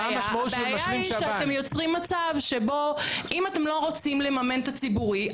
הבעיה היא שאתם יוצרים מצב שבו אם אתם לא רוצים לממן את הציבורי,